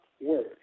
Word